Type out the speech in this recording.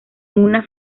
una